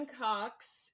Cox